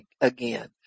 again